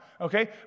okay